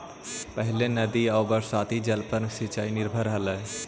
पहिले नदी आउ बरसाती जल पर सिंचाई निर्भर हलई